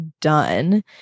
done